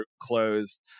closed